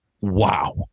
Wow